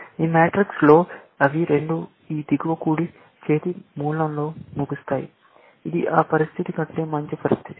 ఈ మ్యాట్రిక్స్ లో అవి రెండూ ఈ దిగువ కుడి చేతి మూలలో ముగుస్తాయి ఇది ఆ పరిస్థితి కంటే మంచి పరిస్థితి